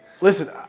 Listen